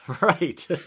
right